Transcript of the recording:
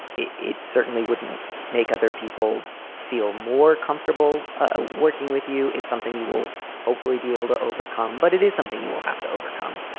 it it certainly wouldn't make other people feel more comfortable ah working with you. it's something you will hopefully be able to overcome. but it is something you will have to overcome.